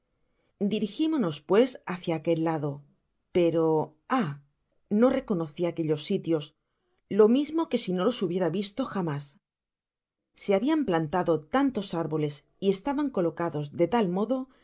importancia dirigimonos pues hácia aquel lado pero ah no reconoci aquellos sitios lo mismo que si no los hubiera visto jamás se habian plantado tantos árboles y estaban colocados de tal modo